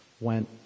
went